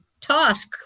task